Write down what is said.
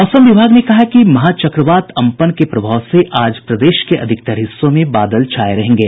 मौसम विभाग ने कहा है कि महा चक्रवात अम्पन के प्रभाव से आज प्रदेश के अधिकतर हिस्सों में बादल छाये रहेंगे